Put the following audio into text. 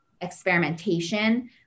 experimentation